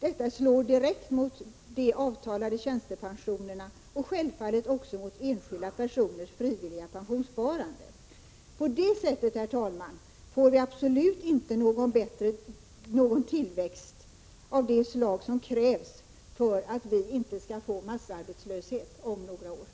Detta slår direkt mot de avtalade tjänstepensionerna och självfallet också mot enskilda personers frivilliga pensionssparande. På det sättet, herr talman, får vi absolut inte någon tillväxt av det slag som krävs för att vi inte om några år skall drabbas av massarbetslöshet.